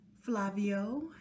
Flavio